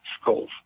skulls